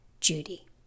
Judy